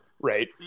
right